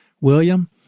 William